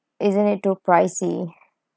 isn't it too pricey